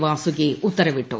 വാസുകി ഉത്തരവിട്ടു